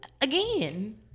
Again